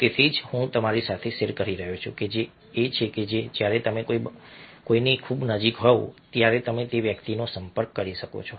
તેથી જ હું તમારી સાથે શેર કરી રહ્યો છું જે એ છે કે જ્યારે તમે કોઈની ખૂબ નજીક હોવ ત્યારે તમે તે વ્યક્તિનો સંપર્ક કરી શકો છો